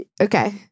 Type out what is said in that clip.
Okay